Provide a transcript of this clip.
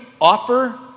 offer